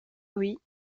louis